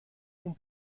اون